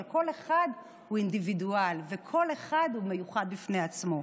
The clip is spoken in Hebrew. אבל כל אחד הוא אינדיבידואל וכל אחד מיוחד בפני עצמו.